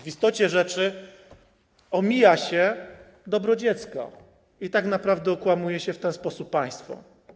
W istocie rzeczy omija się dobro dziecka i tak naprawdę okłamuje się w ten sposób państwo.